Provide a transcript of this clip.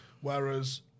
Whereas